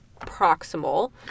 proximal